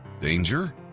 Danger